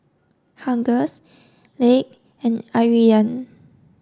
Hughes Leigh and Iridian